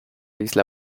isla